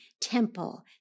temple